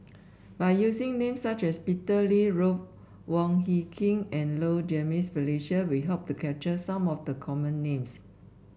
by using names such as Peter Lee Ruth Wong Hie King and Low Jimenez Felicia we hope to capture some of the common names